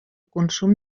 consum